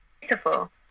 beautiful